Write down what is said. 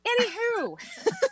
anywho